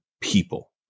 people